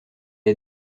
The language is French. est